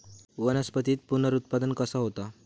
वनस्पतीत पुनरुत्पादन कसा होता?